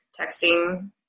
texting